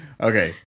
Okay